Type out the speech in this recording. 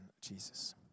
Jesus